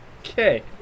Okay